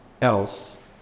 else